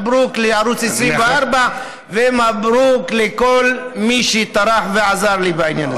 מברוכ לערוץ 24 ומברוכ לכל מי שטרח ועזר לי בעניין הזה.